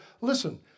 listen